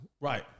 right